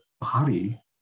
body